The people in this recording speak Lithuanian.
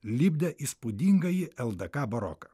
lipdė įspūdingąjį ldk baroką